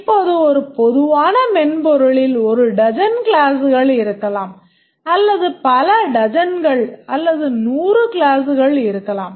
இப்போது ஒரு பொதுவான மென்பொருளில் ஒரு டஜன் கிளாஸ்கள் இருக்கலாம் அல்லது பல டஜன்கள் அல்லது 100 கிளாஸ்கள் இருக்கலாம்